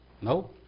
No